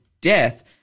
death